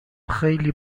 خیلی